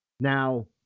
Now